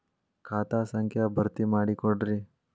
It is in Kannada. ಖಾತಾ ಸಂಖ್ಯಾ ಭರ್ತಿ ಮಾಡಿಕೊಡ್ರಿ